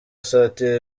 asatira